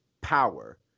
power